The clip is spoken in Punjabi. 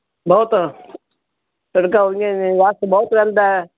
ਬਹੁਤ ਸੜਕਾਂ ਹੋ ਗਈਆਂ ਨੇ ਰਸ਼ ਬਹੁਤ ਰਹਿੰਦਾ ਹੈ